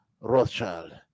Rothschild